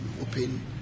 open